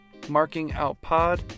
MarkingOutPod